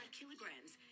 kilograms